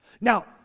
Now